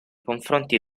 confronti